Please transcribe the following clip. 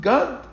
God